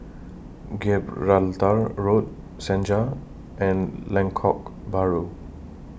Gibraltar Road Senja and Lengkok Bahru